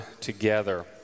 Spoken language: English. together